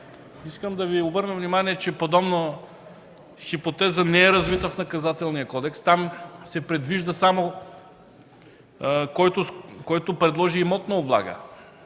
Искам да Ви обърна внимание, че подобна хипотеза не е развита в Наказателния кодекс. Там се предвижда само за този, който предложи имотна облага